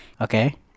Okay